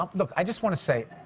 um look, i just want to say,